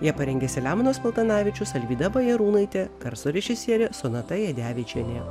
ją parengė selemonas paltanavičius alvyda bajarūnaitė garso režisierė sonata jadevičienė